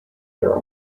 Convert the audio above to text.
their